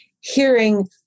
hearing